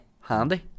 Handy